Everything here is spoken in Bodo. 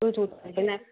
गोजौथारहाय ना